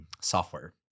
software